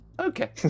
Okay